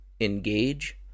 engage